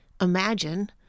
imagine